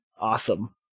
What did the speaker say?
awesome